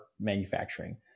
manufacturing